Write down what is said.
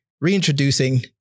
reintroducing